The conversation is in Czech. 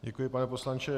Děkuji, pane poslanče.